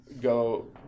go